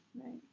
right